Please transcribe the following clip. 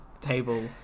table